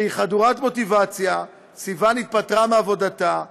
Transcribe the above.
חדורת מוטיבציה התפטרה סיוון מעבודתה,